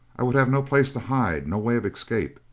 i would have no place to hide, no way of escape.